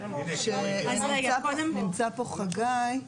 נמצא פה חגי.